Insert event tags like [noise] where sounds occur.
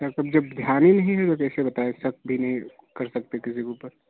[unintelligible] जब ध्यान ही नहीं है तो कैसे बताए शक भी नहीं कर सकते किसी के ऊपर